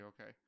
okay